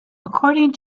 according